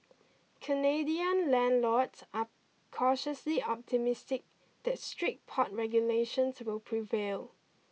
Canadian landlords are cautiously optimistic that strict pot regulations will prevail